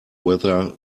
whether